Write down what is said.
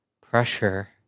pressure